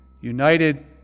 united